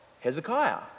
Hezekiah